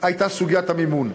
הייתה סוגיית המימון.